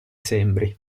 sembri